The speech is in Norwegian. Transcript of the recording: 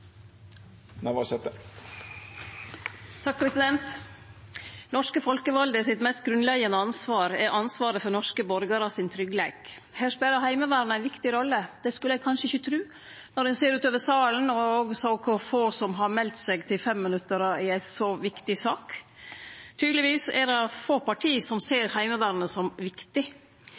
og kriminalitetsomfang. Norske folkevalde sitt mest grunnleggjande ansvar er ansvaret for tryggleiken til norske borgarar. Her spelar Heimevernet ei viktig rolle. Det skulle ein kanskje ikkje tru når ein ser utover salen og kor få som har meldt seg til 5-minuttsinnlegg i ei så viktig sak. Tydelegvis er det få parti som ser Heimevernet som viktig.